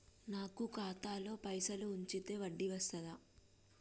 నాకు ఖాతాలో పైసలు ఉంచితే వడ్డీ వస్తదా?